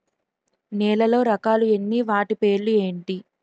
నేలలో రకాలు ఎన్ని వాటి పేర్లు ఏంటి?